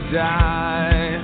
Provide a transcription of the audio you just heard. die